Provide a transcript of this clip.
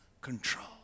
control